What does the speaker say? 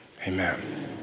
Amen